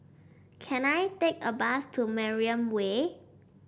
can I take a bus to Mariam Way